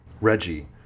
Reggie